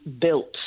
built